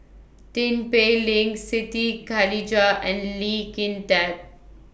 Tin Pei Ling Siti Khalijah and Lee Kin Tat